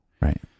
Right